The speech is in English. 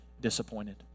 disappointed